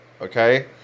Okay